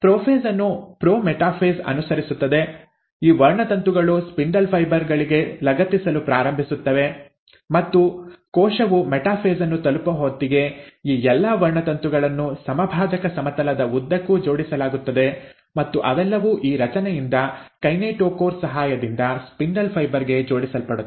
prophase ಅನ್ನು prometaphase ಅನುಸರಿಸುತ್ತದೆ ಈ ವರ್ಣತಂತುಗಳು ಸ್ಪಿಂಡಲ್ ಫೈಬರ್ ಗಳಿಗೆ ಲಗತ್ತಿಸಲು ಪ್ರಾರಂಭಿಸುತ್ತವೆ ಮತ್ತು ಕೋಶವು ಮೆಟಾಫೇಸ್ ಅನ್ನು ತಲುಪುವ ಹೊತ್ತಿಗೆ ಈ ಎಲ್ಲಾ ವರ್ಣತಂತುಗಳನ್ನು ಸಮಭಾಜಕ ಸಮತಲದ ಉದ್ದಕ್ಕೂ ಜೋಡಿಸಲಾಗುತ್ತದೆ ಮತ್ತು ಅವೆಲ್ಲವೂ ಈ ರಚನೆಯಿಂದ ಕೈನೆಟೋಕೋರ್ ಸಹಾಯದಿಂದ ಸ್ಪಿಂಡಲ್ ಫೈಬರ್ ಗೆ ಜೋಡಿಸಲ್ಪಡುತ್ತವೆ